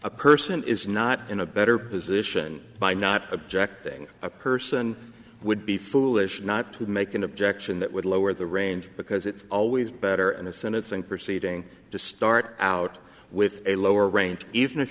a person is not in a better position by not objecting a person would be foolish not to make an objection that would lower the range because it's always better and asenath and proceeding to start out with a lower range even if